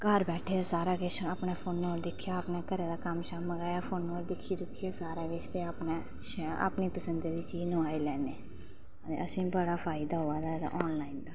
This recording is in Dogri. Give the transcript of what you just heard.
घर बेठे दे सारा किश अपने फोने उप्पर दिक्खेआ अपने घरा दा कम्म मकाया फोने उप्पर दिक्खी सारा किश ते अपने शैल अपनी पसंद दी चीज नुआई लैनी असेंगी बडडा फायदा होआ दा ऐ एहदा आनॅलाइन दा